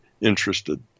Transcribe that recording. interested